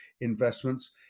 investments